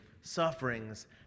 sufferings